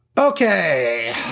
Okay